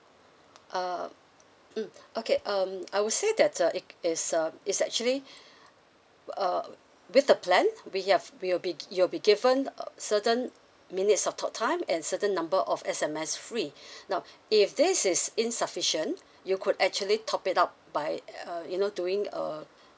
uh mm okay um I would say that uh it is um it's actually uh with the plan we have we'll be you'll be given certain minutes of talk time and certain number of S_M_S free now if this is insufficient you could actually top it up by uh you know doing a